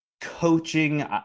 coaching